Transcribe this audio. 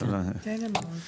לא,